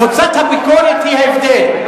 קבוצת הביקורת היא ההבדל,